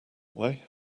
way